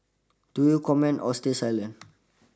do you comment or stay silent